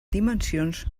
dimensions